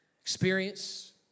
experience